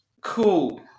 cool